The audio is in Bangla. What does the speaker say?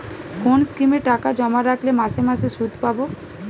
কোন স্কিমে টাকা জমা রাখলে মাসে মাসে সুদ পাব?